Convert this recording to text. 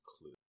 clue